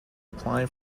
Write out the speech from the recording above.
apply